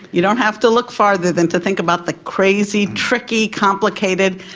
you don't have to look farther than to think about the crazy, tricky, complicated,